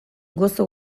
gozo